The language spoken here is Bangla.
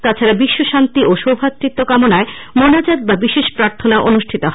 তাছাডা বিশ্ব শান্তি ও সৌভ্রাতৃত্ব কামনায় মোনাজাত বা বিশেষ প্রার্থনা অনুষ্ঠিত হয়